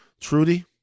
Trudy